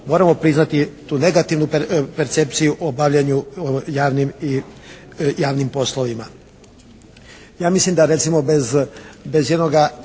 moramo priznati tu negativnu percepciju o bavljenju javnim poslovima.